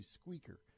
squeaker